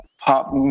pop